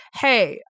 hey